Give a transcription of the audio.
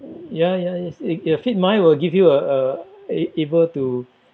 ya ya yes i~ a fit mind will give you a a a~ able to